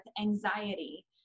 anxiety